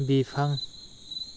बिफां